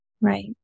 Right